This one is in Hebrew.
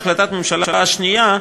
החלטת הממשלה השנייה,